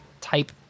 type